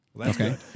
Okay